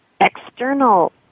external